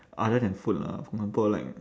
other than food lah for example like